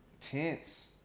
tense